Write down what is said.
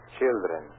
children